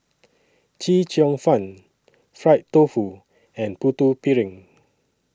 Chee Cheong Fun Fried Tofu and Putu Piring